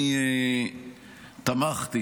אני תמכתי